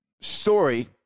story